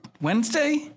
Wednesday